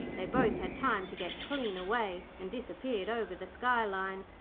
they both had time to get clean away, and disappeared over the skyline.